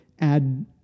add